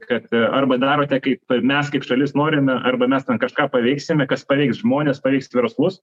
kad arba darote kaip mes kaip šalis norime arba mes kažką paveiksime kas paveiks žmones paveiks verslus